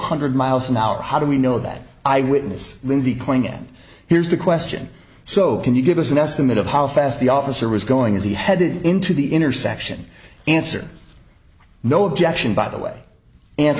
hundred miles an hour how do we know that eyewitness lindsey poignant here's the question so can you give us an estimate of how fast the officer was going as he headed into the intersection answer no objection by the way an